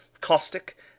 caustic